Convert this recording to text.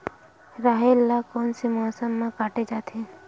राहेर ल कोन से मौसम म काटे जाथे?